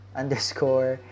underscore